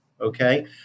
Okay